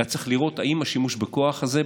אתה צריך לראות אם השימוש בכוח הזה,